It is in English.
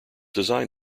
design